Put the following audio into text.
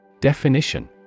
Definition